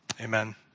amen